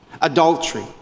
adultery